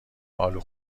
الو